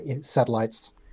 satellites